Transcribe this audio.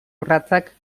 urratsak